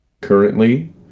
currently